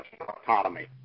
autonomy